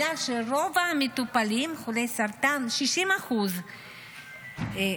עלה שרוב המטופלים חולי הסרטן, 60% מהם,